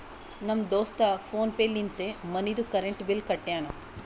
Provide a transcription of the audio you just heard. ನಮ್ ದೋಸ್ತ PhonePe ಲಿಂತೆ ಮನಿದು ಕರೆಂಟ್ ಬಿಲ್ ಕಟ್ಯಾನ್